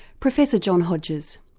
professor john hodges.